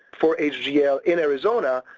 for hgl in arizona,